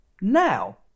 now